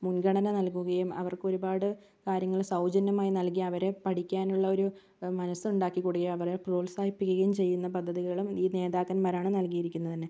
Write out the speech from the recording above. മുൻഗണന നൽകുകയും അവർക്ക് ഒരുപാട് കാര്യങ്ങള് സൗജന്യമായി നൽകി അവരെ പഠിക്കാനുള്ള ഒരു മനസ്സ് ഉണ്ടാക്കി കൊടുക്കുകയും അവരെ പ്രോത്സാഹിപ്പിക്കുകയും ചെയ്യുന്ന പദ്ധതികളും ഈ നേതാക്കന്മാരാണ് നൽകിയിരിക്കുന്നത് തന്നെ